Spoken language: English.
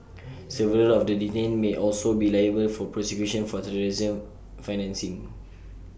several of the detained may also be liable for prosecution for terrorism financing